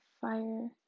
fire